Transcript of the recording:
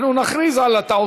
אנחנו נכריז על הטעות.